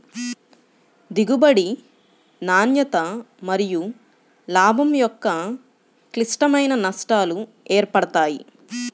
దిగుబడి, నాణ్యత మరియులాభం యొక్క క్లిష్టమైన నష్టాలు ఏర్పడతాయి